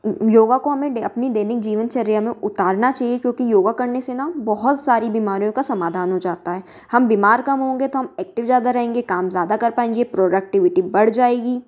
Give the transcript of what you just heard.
योगा को हमें ब अपनी दैनिक जीवनचर्या में उतारना चाहिए क्योंकि योगा करने से ना बहुत सारी बीमारियों का समाधान हो जाता है हम बीमार कम होंगे तो हम एक्टिव ज़्यादा रहेंगे काम ज़्यादा कर पाएँगे प्रोडक्टिविटी बढ़ जाएगी